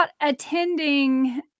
attending